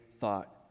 thought